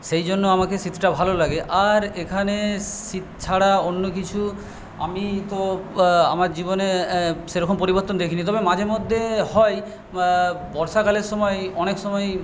সেইজন্য আমাকে শীতটা ভালো লাগে আর এখানে শীত ছাড়া অন্য কিছু আমি তো আমার জীবনে সেরকম পরিবর্তন দেখিনি তবে মাঝে মধ্যে হয় বর্ষাকালের সময় অনেক সময়ই